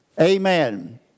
Amen